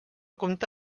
compta